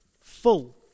full